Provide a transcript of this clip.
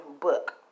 Book